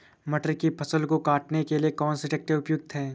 मटर की फसल को काटने के लिए कौन सा ट्रैक्टर उपयुक्त है?